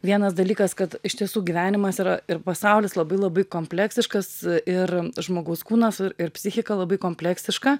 vienas dalykas kad iš tiesų gyvenimas yra ir pasaulis labai labai kompleksiškas ir žmogaus kūnas ir psichika labai kompleksiška